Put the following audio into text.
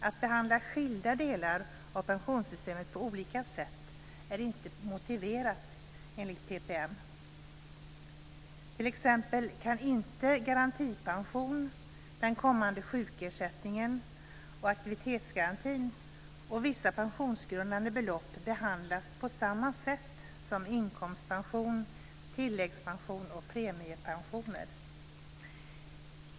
Att behandla skilda delar av pensionssystemet på olika sätt är inte motiverat enligt PPM. T.ex. kan inte garantipensionen, den kommande sjukersättningen, aktivitetsgarantin och vissa pensionsgrundande belopp behandlas på samma sätt som inkomstpension, tilläggspension och premiepensioner.